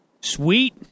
Sweet